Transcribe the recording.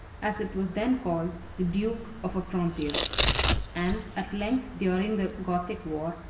as it was then called, the duke, of a frontier and at length, during the gothic war,